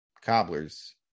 cobblers